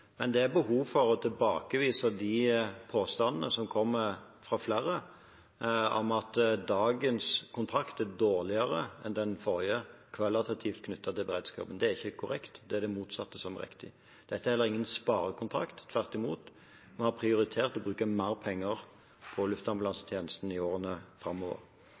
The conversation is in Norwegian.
Men det er behov for å tilbakevise påstandene som kommer fra flere om at dagens kontrakt er dårligere enn den forrige – kvalitativt knyttet til beredskapen. Det er ikke korrekt. Det er det motsatte som er riktig. Dette er heller ingen sparekontrakt, tvert imot. Vi har prioritert å bruke mer penger på luftambulansetjenesten i årene framover.